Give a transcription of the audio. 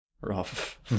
rough